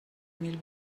mil